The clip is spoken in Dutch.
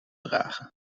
dragen